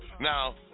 Now